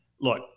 look